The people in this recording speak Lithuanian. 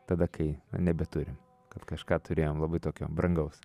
tada kai nebeturim kad kažką turėjom labai tokio brangaus